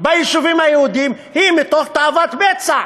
ביישובים היהודיים היא מתוך תאוות בצע.